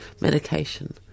medication